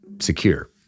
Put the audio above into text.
secure